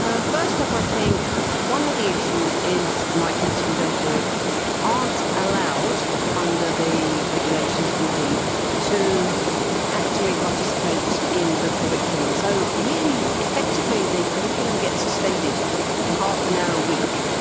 ah first up, i think one of the issues is my kids who don't do it aren't allowed under the regulations from deet to actually participate in the curriculum. so really effectively the curriculum gets suspended for half an hour a week,